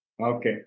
Okay